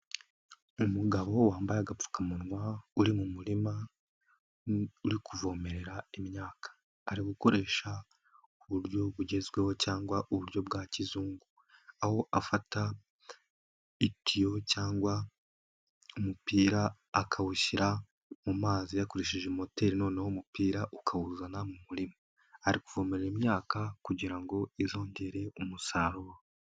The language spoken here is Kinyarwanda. Umugabo wambaye agapfukamunwa uri mu murima, uri kuvomerera imyaka. ari gukoresha buryo bugezweho cyangwa uburyo bwa kizungu, aho afata itiyo cyangwa umupira akawushyira mu mazi yakoresheje moteri, noneho umupira ukawuzana mu murima ari kuvomerera imyaka kugira ngo izongere umusaruro.